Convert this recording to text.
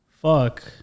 fuck